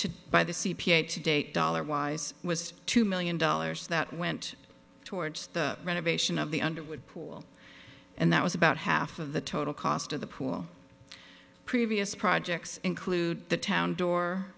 to buy the c p a to date dollar wise was two million dollars that went towards the renovation of the underwood pool and that was about half of the total cost of the pool previous projects include the town door